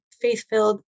faith-filled